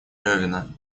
левина